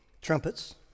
trumpets